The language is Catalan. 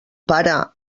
pare